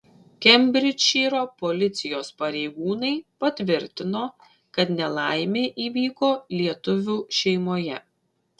kembridžšyro policijos pareigūnai patvirtino kad nelaimė įvyko lietuvių šeimoje